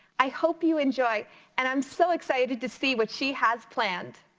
i hope you enjoy and i'm so excited to see what she has planned.